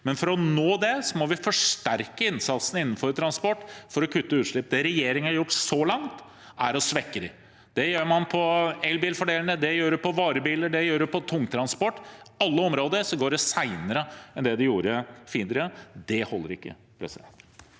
innen 2030 – må vi forsterke innsatsen innenfor transport for å kutte utslipp. Det regjeringen har gjort så langt, er å svekke den. Det gjør man på elbilfordelene, det gjør man på varebiler, og det gjør man på tungtransport. På alle områder går det senere enn det gjorde tidligere. Det holder ikke.